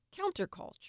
counterculture